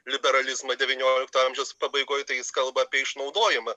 liberalizmą devyniolikto amžiaus pabaigoj tai jis kalba apie išnaudojimą